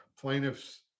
plaintiffs